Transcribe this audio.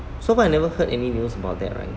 so far I never heard any news about that right